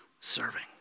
serving